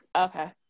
Okay